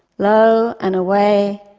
low and away,